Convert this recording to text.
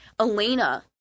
Elena